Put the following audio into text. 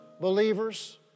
believers